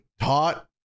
taught